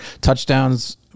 Touchdowns